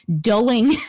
dulling